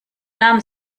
nahm